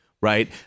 right